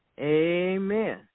Amen